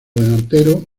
delantero